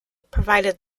provided